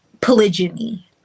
polygyny